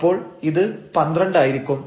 അപ്പോൾ ഇത് 12 ആയിരിക്കും